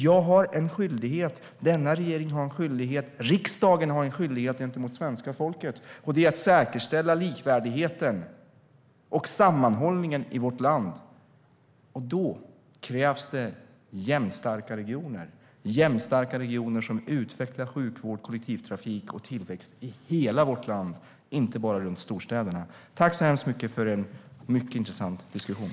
Jag, regeringen och riksdagen har nämligen en skyldighet gentemot svenska folket, och det är att säkerställa likvärdigheten och sammanhållningen i vårt land. Då krävs det jämnstarka regioner som utvecklar sjukvård, kollektivtrafik och tillväxt i hela vårt land, inte bara runt storstäderna. Tack så mycket för en mycket intressant diskussion!